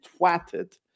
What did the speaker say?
twatted